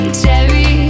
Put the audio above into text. cherry